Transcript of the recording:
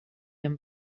amb